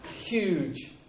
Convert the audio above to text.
huge